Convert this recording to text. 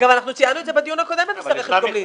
אגב, אנחנו ציינו בדיון הקודם בנושא רכש גומלין.